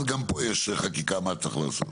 אז גם פה יש חקיקה מה צריך לעשות.